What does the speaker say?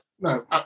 no